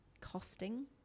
costing